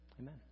Amen